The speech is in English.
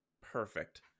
perfect